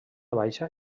baixa